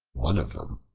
one of them,